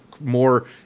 more